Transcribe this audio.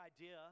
idea